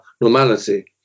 normality